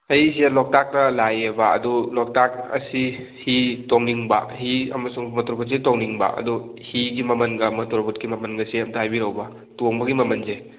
ꯑꯩꯁꯦ ꯂꯣꯛꯇꯥꯛꯇ ꯂꯥꯛꯏꯕ ꯑꯗꯨ ꯂꯣꯛꯇꯥꯛ ꯑꯁꯤ ꯍꯤ ꯇꯣꯡꯅꯤꯡꯕ ꯍꯤ ꯑꯃꯁꯨꯡ ꯃꯣꯇꯣꯔ ꯕꯣꯠꯁꯦ ꯇꯣꯡꯅꯤꯡꯕ ꯑꯗꯨ ꯍꯤꯒꯤ ꯃꯃꯜꯒ ꯃꯣꯇꯣꯔ ꯕꯣꯠꯀꯤ ꯃꯃꯜꯒꯁꯦ ꯑꯃꯇ ꯍꯥꯏꯕꯤꯔꯛꯎꯕ ꯇꯣꯡꯕꯒꯤ ꯃꯃꯜꯁꯦ